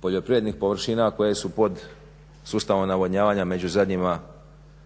poljoprivrednih površina koje su pod sustavom navodnjavanja među zadnjima